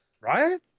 Right